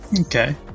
Okay